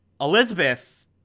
Elizabeth